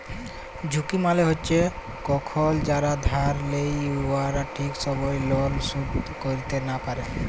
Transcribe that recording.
ঝুঁকি মালে হছে কখল যারা ধার লেই উয়ারা ঠিক সময়ে লল শোধ ক্যইরতে লা পারে